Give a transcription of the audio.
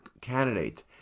candidate